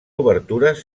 obertures